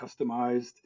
customized